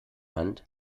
hand